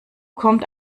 kommt